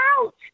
out